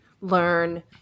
learn